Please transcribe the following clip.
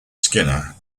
skinner